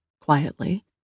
quietly